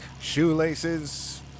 shoelaces